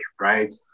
right